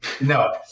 No